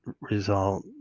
result